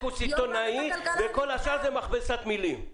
סיטונאית וכל השאר זה מכבסת מילים.